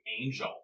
angel